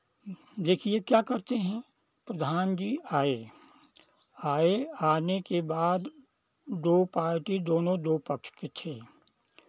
देखिए क्या कहते हैं प्रधान जी आए आए आने के बाद दो पार्टी दोनों दो पक्ष के थे